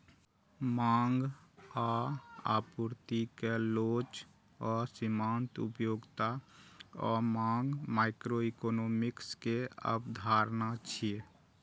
मांग आ आपूर्ति के लोच आ सीमांत उपयोगिता आ मांग माइक्रोइकोनोमिक्स के अवधारणा छियै